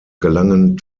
gelangen